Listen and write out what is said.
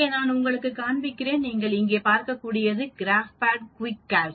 இங்கே நான் உங்களுக்கு காண்பிக்கிறேன் நீங்கள் இங்கே பார்க்க கூடியது graphpad quickcalcs